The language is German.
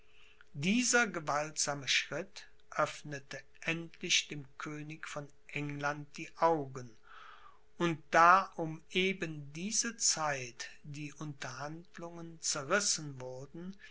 dieser gewaltsame schritt öffnete endlich dem könig von england die augen und da um eben diese zeit die unterhandlungen zerrissen wurden